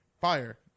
Fire